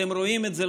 אתם רואים את זה,